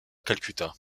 calcutta